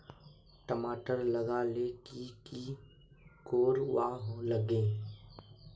टमाटर लगा ले की की कोर वा लागे?